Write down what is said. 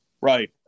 Right